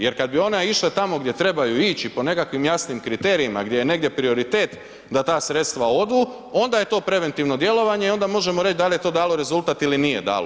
Jer kad bi ona išla tamo gdje trebaju ići po nekakvim jasnim kriterijima gdje je negdje prioritet da ta sredstva odu onda je to preventivno djelovanje i onda možemo reći da li je to dalo rezultat ili nije dalo.